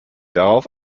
darauf